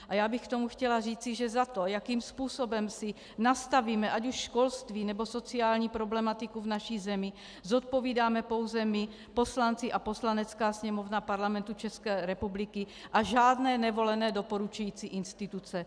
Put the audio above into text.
A já bych k tomu chtěla říci, že za to, jakým způsobem si nastavíme ať už školství, nebo sociální problematiku v naší zemi, zodpovídáme pouze my poslanci a Poslanecká sněmovna Parlamentu České republiky a žádné nevolené doporučující instituce.